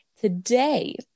Today